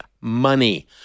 money